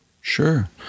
Sure